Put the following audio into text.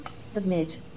Submit